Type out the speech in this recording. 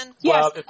yes